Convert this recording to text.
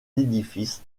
l’édifice